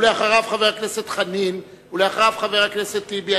אחריו, חבר הכנסת חנין, ואחריו, חבר הכנסת טיבי.